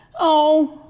oh,